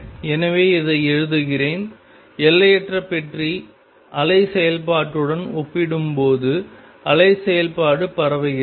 எனவே இதை எழுதுகிறேன் எல்லையற்ற பெட்டி அலை செயல்பாட்டுடன் ஒப்பிடும்போது அலை செயல்பாடு பரவுகிறது